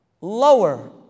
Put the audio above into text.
lower